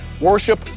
worship